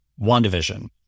WandaVision